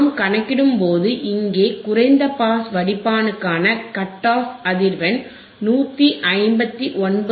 நாம் கணக்கிடும்போது இங்கே குறைந்த பாஸ் வடி பானுக்கான கட் ஆஃப் அதிர்வெண் 159